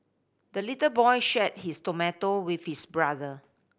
the little boy shared his tomato with his brother